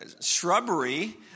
shrubbery